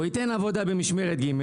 הוא ייתן עבודה במשמרת ג',